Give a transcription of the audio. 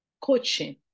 coaching